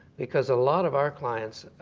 because a lot of our clients,